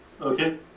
Okay